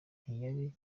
ntiyari